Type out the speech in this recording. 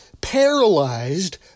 paralyzed